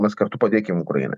mes kartu padėkim ukrainai